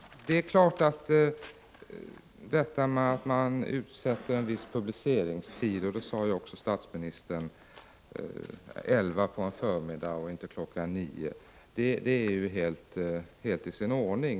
Det är givetvis i sin ordning att man, som också statsministern sade, utsätter en viss publiceringstid, t.ex. kl. 11 på förmiddagen och inte kl. 9.